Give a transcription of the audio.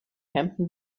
hampton